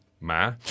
Ma